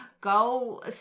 Go